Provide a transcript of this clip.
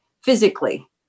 physically